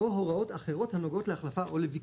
או הוראות אחרות הנוגעות להחלפה או ביקורת.